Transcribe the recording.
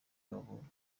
bavurwe